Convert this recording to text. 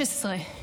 16,